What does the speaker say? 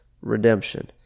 redemption